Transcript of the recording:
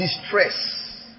distress